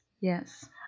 Yes